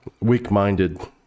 weak-minded